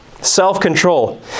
Self-control